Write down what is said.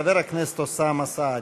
חבר הכנסת אוסאמה סעדי.